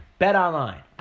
BetOnline